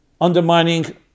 undermining